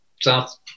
South